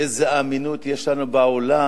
איזו אמינות יש לנו בעולם,